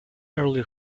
early